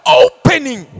opening